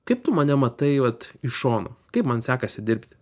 kaip tu mane matai vat iš šono kaip man sekasi dirbti